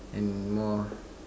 and more